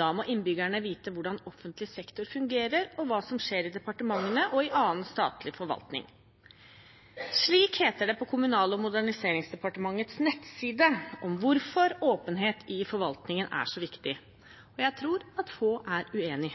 da må innbyggerne vite hvordan offentlig sektor fungerer, og hva som skjer i departementene og i annen statlig forvaltning. Slik heter det på Kommunal- og moderniseringsdepartementets nettside om hvorfor åpenhet i forvaltningen er så viktig. Jeg tror at få er uenig.